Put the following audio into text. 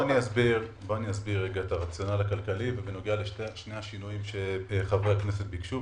אסביר את הרציונל הכלכלי ובנוגע לשני השינויים שחברי הכנסת ביקשו,